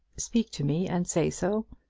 speak to me, and say so.